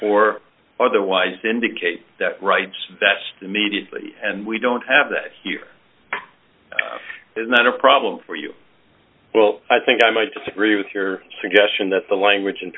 for otherwise indicate that rights vest immediately and we don't have that here is not a problem for you well i think i might disagree with your suggestion that the language